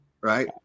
Right